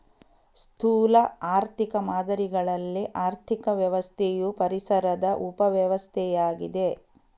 ಸ್ಥೂಲ ಆರ್ಥಿಕ ಮಾದರಿಗಳಲ್ಲಿ ಆರ್ಥಿಕ ವ್ಯವಸ್ಥೆಯು ಪರಿಸರದ ಉಪ ವ್ಯವಸ್ಥೆಯಾಗಿದೆ